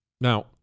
Now